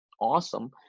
awesome